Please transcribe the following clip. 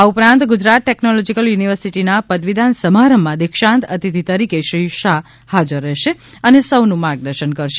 આ ઉપરાંત ગુજરાત ટેકનોલોજીકલ યુનિવર્સિટિના પદવીદાન સમારંભમાં દીક્ષાંત અતિથિ તરીકે શ્રી શાહ હાજર રહેશે અને સૌનું માર્ગદર્શન કરશે